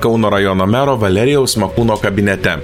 kauno rajono mero valerijaus makūno kabinete